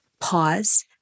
pause